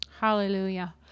Hallelujah